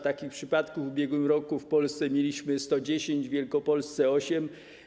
Takich przypadków w ubiegłym roku w Polsce mieliśmy 110, a Wielkopolsce - 8.